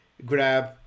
grab